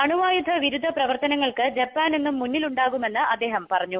അണ്ചായുധ വിരുദ്ധ പ്രവർത്തനങ്ങൾക്ക് ജപ്പാൻ എന്നും മുന്നിലുണ്ടാകുമെന്ന് അദ്ദേഹം പറഞ്ഞു